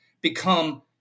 become